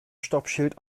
stoppschild